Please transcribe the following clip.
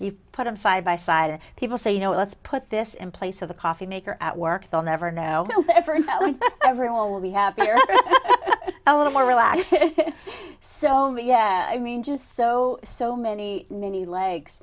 you put them side by side and people say you know let's put this in place of the coffee maker at work they'll never know every well we have a little more relaxed so yeah i mean just so so many many legs